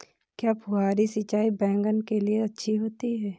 क्या फुहारी सिंचाई बैगन के लिए अच्छी होती है?